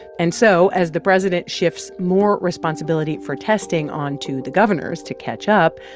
and so as the president shifts more responsibility for testing on to the governors to catch up,